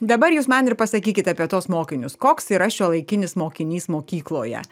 dabar jūs man ir pasakykit apie tuos mokinius koks yra šiuolaikinis mokinys mokykloje